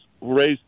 raised